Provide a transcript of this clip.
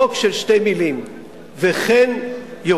חוק של שתי מלים: "וכן ירושלים".